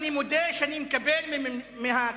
אני מודה שאני מקבל מהכנסת